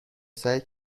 سعی